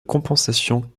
compensation